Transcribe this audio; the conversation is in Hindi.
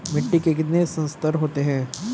मिट्टी के कितने संस्तर होते हैं?